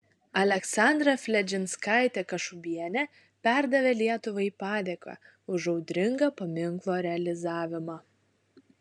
aleksandra fledžinskaitė kašubienė perdavė lietuvai padėką už audringą paminklo realizavimą